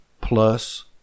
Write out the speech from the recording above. plus